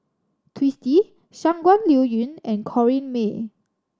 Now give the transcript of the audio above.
Twisstii Shangguan Liuyun and Corrinne May